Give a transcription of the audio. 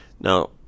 Now